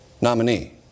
nominee